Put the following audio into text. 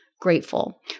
grateful